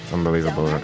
Unbelievable